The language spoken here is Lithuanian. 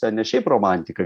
ten ne šiaip romantika